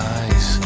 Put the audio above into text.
eyes